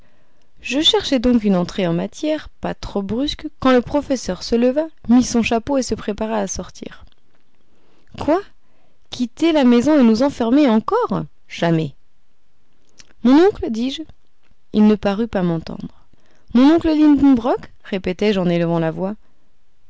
je cherchais donc une entrée en matière pas trop brusque quand le professeur se leva mit son chapeau et se prépara à sortir quoi quitter la maison et nous enfermer encore jamais mon oncle dis-je il ne parut pas m'entendre mon oncle lidenbrock répétai-je en élevant la voix